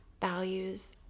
values